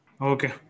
Okay